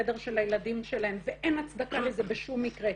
החדר של הילדים שלהם ואין הצדקה לזה בשום מקרה.